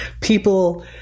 people